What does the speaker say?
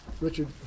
Richard